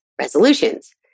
resolutions